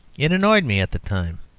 it annoyed me at the time.